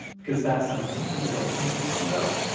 because that's something you could write a country song about